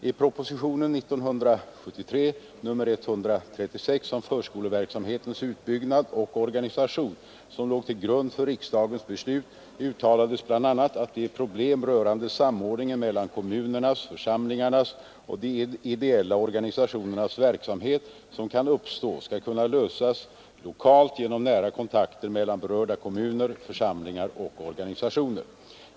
I propositionen 1973:136 om förskoleverksamhetens utbyggnad och organisation som låg till grund för riksdagens beslut uttalades bl.a. att de problem rörande samordningen mellan kommunernas, församlingarnas och de ideella organisationernas verksamhet som kan uppstå skall kunna lösas lokalt genom nära kontakter mellan berörda kommuner, församlingar och organisationer.